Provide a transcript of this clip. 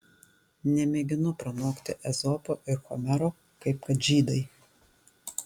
nemėginu pranokti ezopo ir homero kaip kad žydai